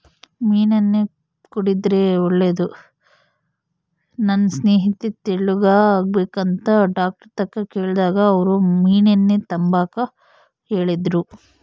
ಮೀನೆಣ್ಣೆ ಕುಡುದ್ರೆ ಒಳ್ಳೇದು, ನನ್ ಸ್ನೇಹಿತೆ ತೆಳ್ಳುಗಾಗ್ಬೇಕಂತ ಡಾಕ್ಟರ್ತಾಕ ಕೇಳ್ದಾಗ ಅವ್ರು ಮೀನೆಣ್ಣೆ ತಾಂಬಾಕ ಹೇಳಿದ್ರು